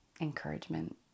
encouragement